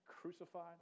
crucified